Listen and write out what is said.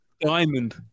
diamond